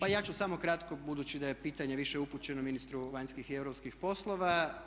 Pa ja ću samo kratko budući da je pitanje više upućeno ministru vanjskih i europskih poslova.